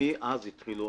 מאז התחילו הבעיות.